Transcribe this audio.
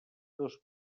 dos